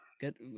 good